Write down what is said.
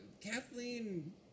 Kathleen